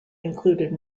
included